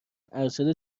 ارشد